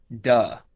duh